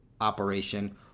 operation